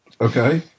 Okay